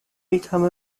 become